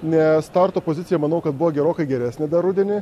nes starto pozicija manau kad buvo gerokai geresnė dar rudenį